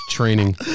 training